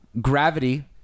gravity